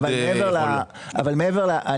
לא רואים בזה הארכת כהונה?